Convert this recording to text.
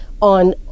on